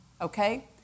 Okay